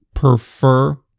prefer